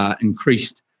increased